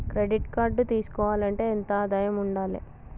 Credit card తీసుకోవాలంటే ఎంత ఆదాయం ఉండాలే?